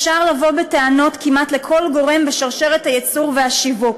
אפשר לבוא בטענות כמעט לכל גורם בשרשרת הייצור והשיווק.